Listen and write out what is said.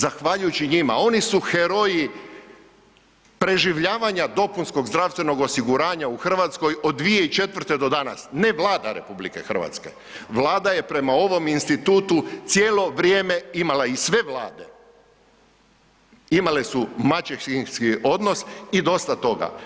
Zahvaljujući njima, oni su heroji preživljavanja dopunskog zdravstvenog osiguranja u Hrvatskoj od 2004. do danas, ne Vlada RH, Vlada je prema ovom institutu cijelo vrijeme imala i sve Vlade imale su maćehinski odnos i dosta toga.